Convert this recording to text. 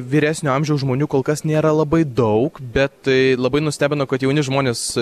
vyresnio amžiaus žmonių kol kas nėra labai daug bet labai nustebino kad jauni žmonės